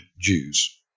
Jews